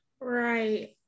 Right